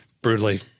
brutally